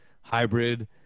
hybrid